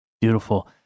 Beautiful